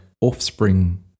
offspring